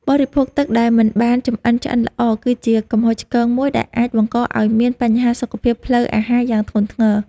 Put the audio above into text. បរិភោគទឹកដែលមិនបានចម្អិនឆ្អិនល្អគឺជាកំហុសឆ្គងមួយដែលអាចបង្កឱ្យមានបញ្ហាសុខភាពផ្លូវអាហារយ៉ាងធ្ងន់ធ្ងរ។